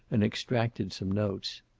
and extracted some notes.